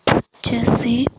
ପଚାଶ